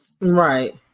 right